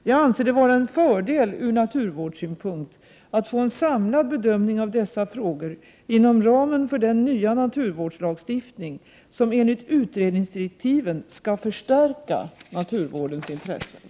Jag anser det vara en fördel från naturvårdssynpunkt att få en samlad bedömning av dessa frågor inom ramen för den nya naturvårdslagstiftning som enligt utredningsdirektiven skall förstärka naturvårdens intressen.